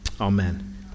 Amen